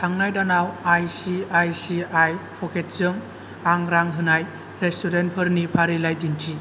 थांनाय दानाव ICICI packets जों आं रां होनाय रेस्टुरेन्ट फोरनि फारिलाइ दिन्थि